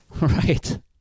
Right